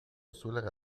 اصول